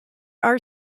are